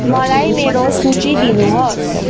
मलाई मेरो सूची दिनुहोस्